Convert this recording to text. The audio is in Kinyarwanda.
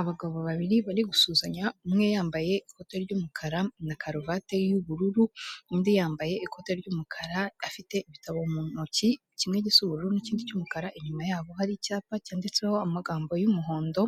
Abagabo babiri, bari gusuzanya, umwe yambaye ikote ry'umukara na karuvati y'ubururu, undi yambaye ikote ry'umukara, afite ibitabo mu ntoki, kimwe gisa ubururu n'ikindi cy'umukara, inyuma yabo hari icyapa cyanditseho amagambo y'umuhondo,